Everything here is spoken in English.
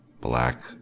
black